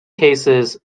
cases